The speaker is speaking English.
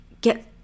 get